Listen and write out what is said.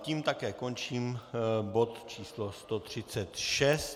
Tím také končím bod číslo 136.